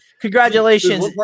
Congratulations